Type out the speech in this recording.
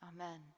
amen